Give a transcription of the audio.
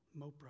Mopra